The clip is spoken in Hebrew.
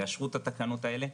תאשרו את התקנות האלה,